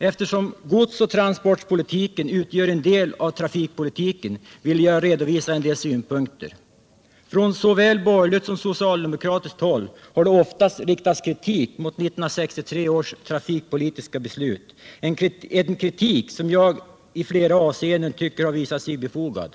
Eftersom godsoch transportpolitiken utgör en del av trafikpolitiken vill jag redovisa en del synpunkter. Från såväl borgerligt som socialdemokratiskt håll har det ofta riktats kritik mot 1963 års trafikpolitiska beslut, en kritik som jag i flera avseenden tycker har visat sig vara befogad.